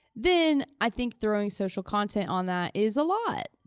then i think throwing social content on that is a lot,